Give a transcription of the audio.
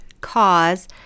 cause